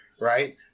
right